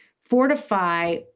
fortify